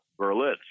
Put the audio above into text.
Berlitz